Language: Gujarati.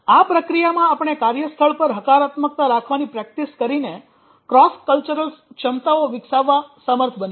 આ પ્રક્રિયામાં આપણે કાર્યસ્થળ પર હકારાત્મકતા રાખવાની પ્રેક્ટિસ કરીને ક્રોસ કલ્ચરલ ક્ષમતાઓ વિકસાવવા સમર્થ બનીશું